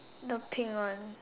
the pink one